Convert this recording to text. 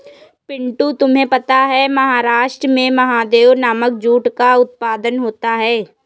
पिंटू तुम्हें पता है महाराष्ट्र में महादेव नामक जूट का उत्पादन होता है